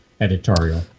editorial